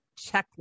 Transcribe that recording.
checklist